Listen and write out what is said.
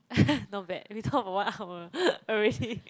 not bad we talk about one hour already